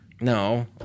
No